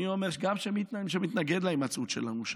אני אומר שגם מי שמתנגד להימצאות שלנו שם,